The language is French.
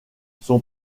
son